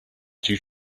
due